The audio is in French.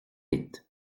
vite